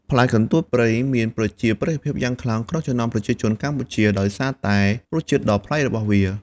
ផ្លែកន្ទួតព្រៃមានប្រជាប្រិយភាពយ៉ាងខ្លាំងក្នុងចំណោមប្រជាជនកម្ពុជាដោយសារតែរសជាតិដ៏ប្លែករបស់វា។